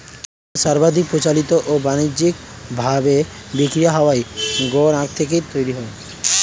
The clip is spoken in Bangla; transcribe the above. ভারতে সর্বাধিক প্রচলিত ও বানিজ্যিক ভাবে বিক্রি হওয়া গুড় আখ থেকেই তৈরি হয়